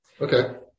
Okay